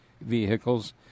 vehicles